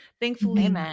Thankfully